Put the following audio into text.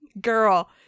girl